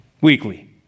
Weekly